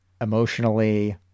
emotionally